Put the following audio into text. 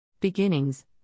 Beginnings